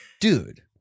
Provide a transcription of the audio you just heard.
dude